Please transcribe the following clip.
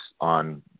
on